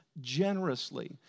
generously